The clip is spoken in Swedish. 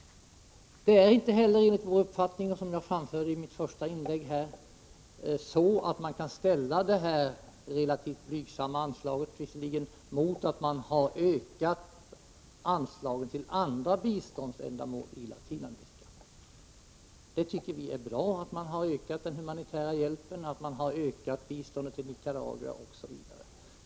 Det är inte heller enligt vår uppfattning, som jag framförde i mitt första inlägg, så att man kan ställa detta visserligen relativt blygsamma anslag mot att man har ökat anslagen till andra biståndsändamål i Latinamerika. Vi tycker att det är bra att man har ökat den humanitära hjälpen, att man har ökat biståndet till Nicaragua, osv.